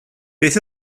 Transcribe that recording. beth